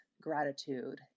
gratitude